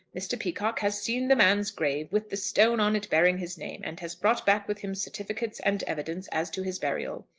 mr. peacocke has seen the man's grave, with the stone on it bearing his name, and has brought back with him certificates and evidence as to his burial.